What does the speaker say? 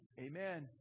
Amen